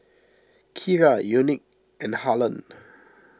Kyra Unique and Harlon